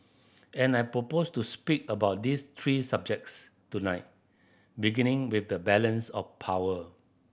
and I propose to speak about these three subjects tonight beginning with the balance of power